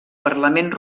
parlament